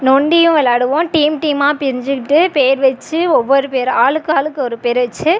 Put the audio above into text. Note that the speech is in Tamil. நொண்டியும் விளாடுவோம் டீம் டீம்மாக பிரிஞ்சிக்கிட்டு பேர் வச்சு ஒவ்வொரு பேராக ஆளுக்கு ஆளுக்கு ஒரு பேர் வச்சு